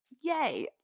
yay